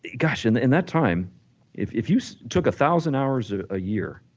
gosh in that in that time if if you took a thousand hours ah a year